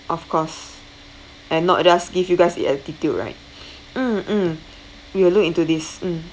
of course and not just give you guys the attitude right mm mm we will look into this mm